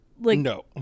No